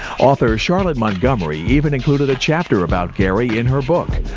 author charlotte montgomery even included a chapter about gary in her book,